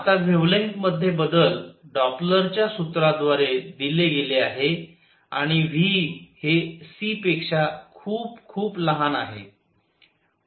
आता व्हेवलेंग्थ मध्ये बदल डॉपलरच्या सूत्राद्वारे दिले गेले आहे आणि v हे c पेक्षा खूप खूप लहान आहे